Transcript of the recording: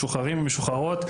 משוחררים ומשוחררות,